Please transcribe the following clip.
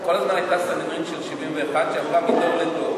כל הזמן הייתה סנהדרין של 71, שעברה מדור לדור.